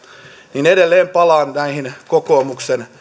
niin edelleen palaan näihin kokoomuksen